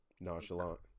Nonchalant